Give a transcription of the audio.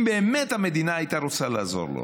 אם באמת המדינה הייתה רוצה לעזור לו,